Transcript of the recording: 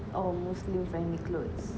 oh muslim friendly cloths